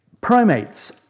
Primates